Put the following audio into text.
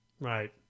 Right